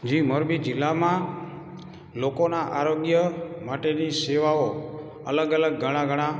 જી મોરબી જિલ્લ્લામાં લોકોનાં આરોગ્ય માટેની સેવાઓ અલગ અલગ ઘણા ઘણા